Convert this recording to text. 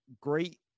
great